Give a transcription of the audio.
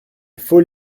faut